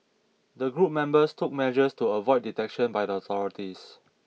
the group members took measures to avoid detection by the authorities